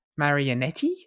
Marionetti